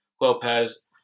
Lopez